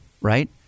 right